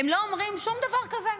הם לא אומרים שום דבר כזה,